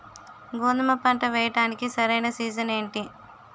గోధుమపంట వేయడానికి సరైన సీజన్ ఏంటి?